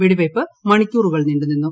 വെടിവെയ്പ്പ് മണിക്കൂറുകൾ നീണ്ടു് നീന്നു